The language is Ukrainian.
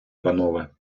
панове